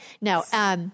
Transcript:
No